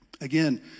Again